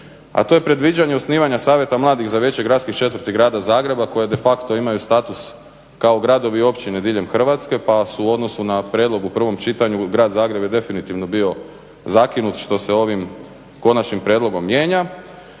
To je predviđanje osnivanja Savjeta mladih za Vijeće gradskih četvrti Grada Zagreba koje de facto imaju status kao gradovi i općine diljem Hrvatske pa su u odnosu na prijedlog u prvom čitanju Grad Zagreb je definitivno bio zakinut što se ovim konačnim prijedlogom mijenja.